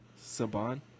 Saban